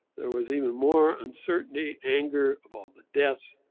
there was even more uncertainty, anger of all the deaths,